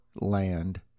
Land